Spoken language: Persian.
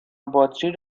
باتری